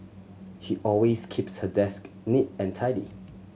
she always keeps her desk neat and tidy